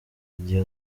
igihe